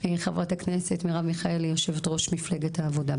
חברת הכנסת מרב מיכאלי יושבת-ראש מפלגת העבודה,